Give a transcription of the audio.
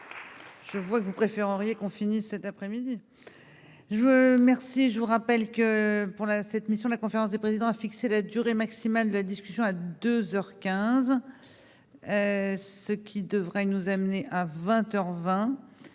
Je vois que vous préféreriez qu'on finisse cette après-midi je veux merci, je vous rappelle que pour la cette mission de la conférence des présidents a fixé la durée maximale de la discussion à 2 heures 15, ce qui devrait nous amener à 20